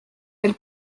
elle